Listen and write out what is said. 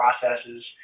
processes